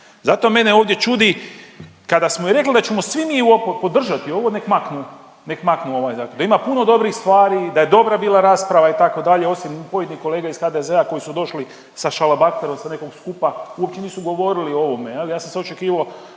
Zato mene ovdje čudi kada smo i rekli da ćemo svi mi podržat ovo nek maknu, dakle da ima puno stvari i da je dobra bila rasprava itd. osim pojedinih kolega ih HDZ-a koji su došli sa šalabahterom sa nekog skupa uopće nisu govorili o ovome. Ja sam sad očekivo